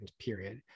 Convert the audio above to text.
period